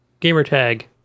gamertag